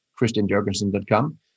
christianjorgensen.com